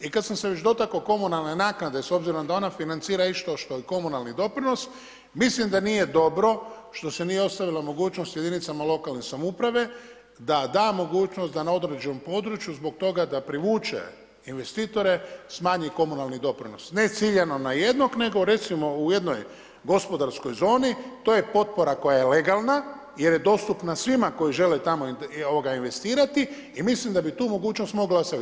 I kad sam se već dotaknuo komunalne naknade s obzirom da ona financira isto što i komunalni doprinos, mislim da nije dobro što se nije ostavila mogućnost jedinicama lokalne samouprave da da mogućnost da na određenom području zbog toga da privuče određene investitore, smanji komunalni doprinos ne ciljano na jednog nego recimo u jednoj gospodarskoj zoni, to je potpora koja je legalna jer je dostupna svima koji žele tamo investirati i mislim da bi tu mogućnost mogla ostvariti.